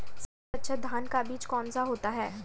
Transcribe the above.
सबसे अच्छा धान का बीज कौन सा होता है?